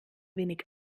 wenig